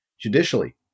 judicially